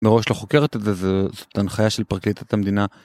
מראש לחוקרת את זה, זאת הנחיה של פרקליטת המדינה.